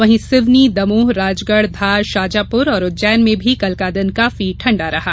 वहीं सिवनी दमोह राजगढ़ धार शाजापुर और उज्जैन में भी कल का दिन काफी ठंडा रहा